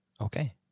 Okay